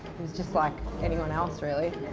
he was just like anyone else really.